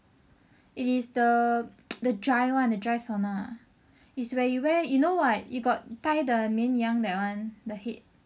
it is the dry one the dry sauna it's where you wear you know what you got buy the 绵羊 that one the head